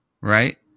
right